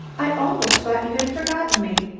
i almost thought you had forgotten me.